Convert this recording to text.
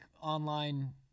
online